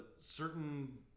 certain